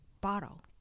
bottle